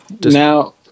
now